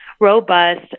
robust